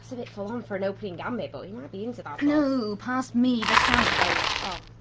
so bit full-on for an opening gambit, but he might be into that no. pass me the scalpel. oh.